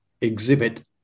exhibit